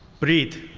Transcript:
preet.